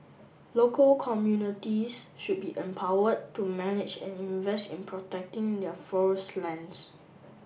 local communities should be empowered to manage and invest in protecting their forest lands